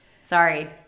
Sorry